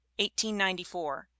1894